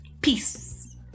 peace